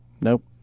Nope